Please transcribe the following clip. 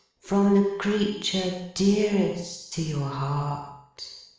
from the creature dearest to your heart